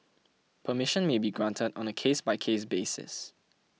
permission may be granted on a case by case basis